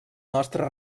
nostre